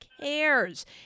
cares